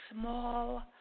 small